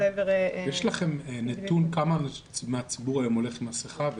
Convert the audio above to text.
יש לכם נתון שאומר כמה מהציבור היום הולך עם מסכה?